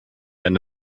eine